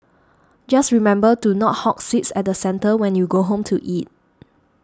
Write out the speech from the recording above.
just remember to not hog seats at the centre when you go home to eat